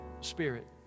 spirit